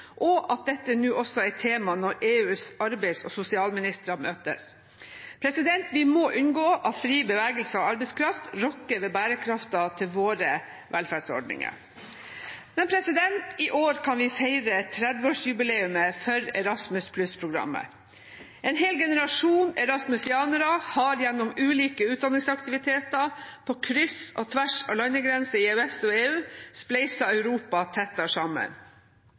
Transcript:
og at dette nå også er tema når EUs arbeids- og sosialministre møtes. Vi må unngå at fri bevegelse av arbeidskraft rokker ved bærekraften til våre velferdsordninger. I år kan vi feire 30-årsjubileum for Erasmus+-programmet. En hel generasjon «erasmusianere» har gjennom ulike utdanningsaktiviteter på kryss og tvers av landegrenser i EØS og EU spleiset Europa tettere sammen.